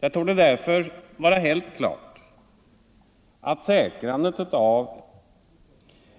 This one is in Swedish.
Det torde därför vara helt klart att säkrandet av